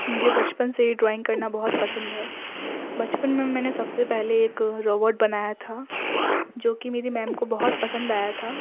مجھے بچپن سے ہی ڈرائنگ کرنا بہت پسند ہے بچپن میں میں نے سب سے پہلے ایک روبوڈ بنایا تھا جو کہ میری میم کو بہت پسند آیا تھا